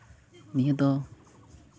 ᱱᱤᱭᱟᱹ ᱫᱚ